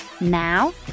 Now